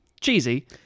cheesy